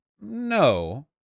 no